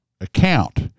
account